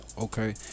okay